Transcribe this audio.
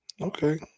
Okay